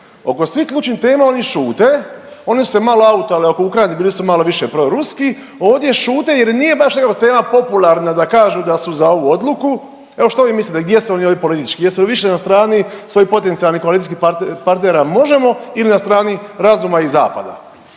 Oko svih ključnih tema oni šute, oni su se malo autali, oko Ukrajine bili su malo više proruski, ovdje šute jer im nije baš nekako tema popularna da kažu da su za ovu odluku, evo što vi mislite gdje su oni ovdje politički, jesu li više na strani svojih potencijalnih koalicijskih partnera Možemo! ili na strani razuma i Zapada?